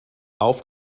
auf